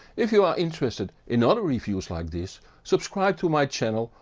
if you are interested in other reviews like this, subscribe to my channel,